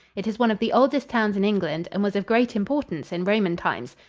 it is one of the oldest towns in england and was of great importance in roman times.